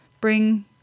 bring